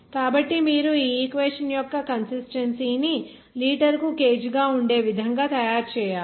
కాబట్టి మీరు ఈక్వేషన్ యొక్క కన్సిస్టెన్సీ ని లీటరుకు kg గా ఉండే విధంగా తయారు చేయాలి